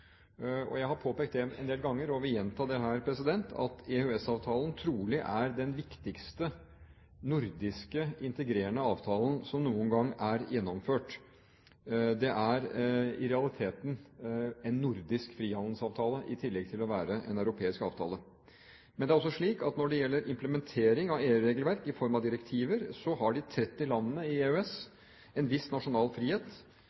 Jeg har påpekt det en del ganger, og vil gjenta det her, at EØS-avtalen trolig er den viktigste nordiske integrerende avtale som noen gang er gjennomført. Det er i realiteten en nordisk frihandelsavtale i tillegg til å være en europeisk avtale. Men det er også slik at når det gjelder implementering av EU-regelverk i form av direktiver, har de 30 landene i EØS en viss nasjonal frihet